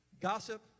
Gossip